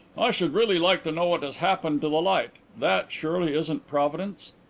i should really like to know what has happened to the light. that, surely, isn't providence?